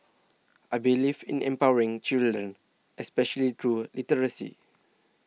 I believe in empowering children especially through literacy